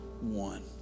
one